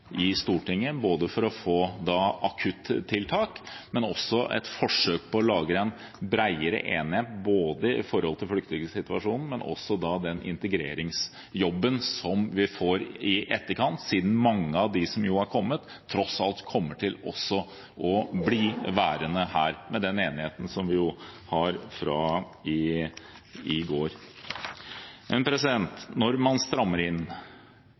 i Stortinget. Det gjelder både arbeidet for å få akuttiltak og forsøket på å lage en bredere enighet når det gjelder flyktningsituasjonen og den integreringsjobben som vi får i etterkant, siden mange av dem som har kommet, tross alt kommer til å bli værende her, med den enigheten vi har fra i går. Når man strammer inn